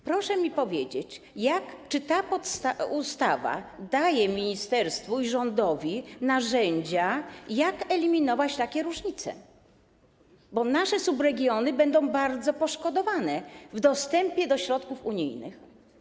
Proszę mi powiedzieć, czy ta ustawa daje ministerstwu i rządowi narzędzia, jak eliminować takie różnice, bo nasze subregiony będą bardzo poszkodowane w przypadku dostępu do środków unijnych.